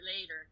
later